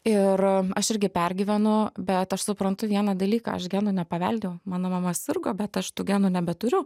ir aš irgi pergyvenu bet aš suprantu vieną dalyką aš genų nepaveldėjau mano mama sirgo bet aš tų genų nebeturiu